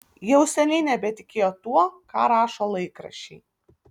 jau seniai nebetikėjo tuo ką rašo laikraščiai